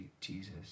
Jesus